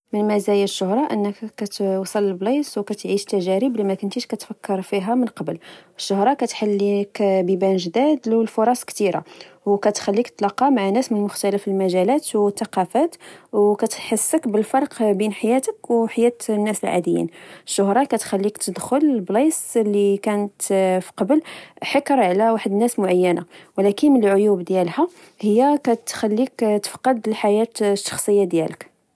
من مزايا الشهرة أنك كتوصل لبلايص و كتعيش و تجارب لما كنتي ش كتفكر فيها من قبل. الشهرة كتحل ليك بيبان جداد و فرص كثيرة، وكتخليك تلاقى مع ناس من مختلف المجالات والثقافات، وكتحسك بالفرق بين حياتك وحياة الناس العاديين. الشهرة كتخليك تدخل لبلايص لكانت فقبل حكرا على واحد الناس معينة، ولكن العيوب ديالها هي كتخليك تفقد الحياة الشخصية ديالك